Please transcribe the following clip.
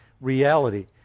reality